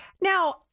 Now